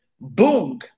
boom